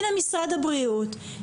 הנה משרד הבריאות,